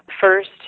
First